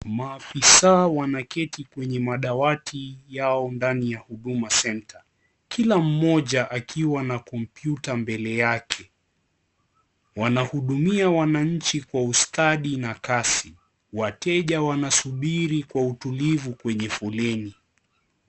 Maafisa wanaketi kwenye madawati yao ndani ya Huduma senta kila mmoja akiwa na kompyuta mbele yake wanahudumia wananchi kwa ustadi na kasi wateja wanasubiri kwa utulivu kwenye foleni.